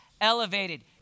elevated